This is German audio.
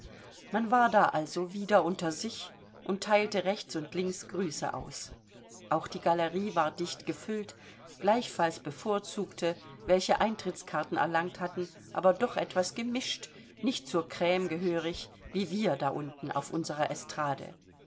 man war da also wieder unter sich und teilte rechts und links grüße aus auch die galerie war dicht gefüllt gleichfalls bevorzugte welche eintrittskarten erlangt hatten aber doch etwas gemischt nicht zur crme gehörig wie wir da unten auf unserer estrade